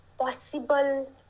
possible